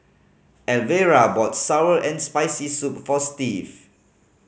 Alvera bought sour and Spicy Soup for Steve